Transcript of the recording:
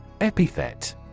Epithet